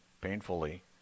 painfully